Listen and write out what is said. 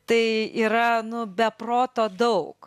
tai yra nu be proto daug